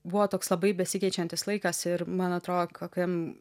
buvo toks labai besikeičiantis laikas ir man atrodo kokiam